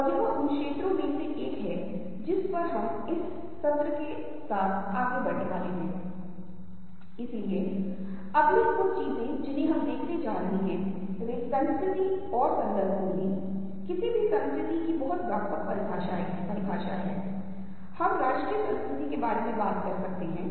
और यहां Betty Edwards Edwardss के प्रयोगों के कुछ उदाहरण हैं उनके छात्रों के साथ यह रंग मुझे पसंद हैं और रंग मुझे पसंद नहीं हैं जिस तरह से रंग मौसम से जुड़े हुए हैं और उन रंगों को यहाँ पर प्रमुखता से प्रस्तुत किया गया है